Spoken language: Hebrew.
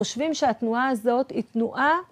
‫חושבים שהתנועה הזאת היא תנועה?